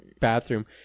bathroom